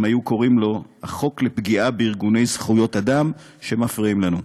הם היו קוראים לו "החוק לפגיעה בארגוני זכויות אדם שמפריעים לנו".